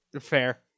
Fair